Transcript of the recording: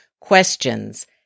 Questions